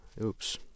Oops